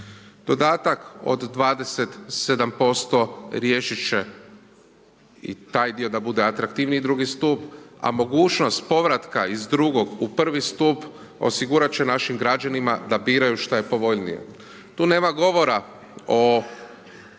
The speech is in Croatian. Dodataka od 27% riješit će i taj dio da bude atraktivniji drugi stup a mogućnost povratka iz drugog u prvi stup, osigurat će našim građanima da biraju šta je povoljnije. Tu nema govora o